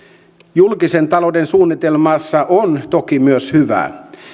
julkisen talouden suunnitelmassa on toki myös hyvää